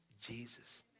Jesus